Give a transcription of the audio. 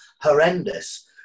horrendous